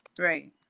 Right